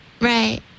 right